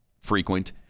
frequent